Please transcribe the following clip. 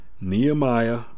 Nehemiah